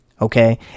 Okay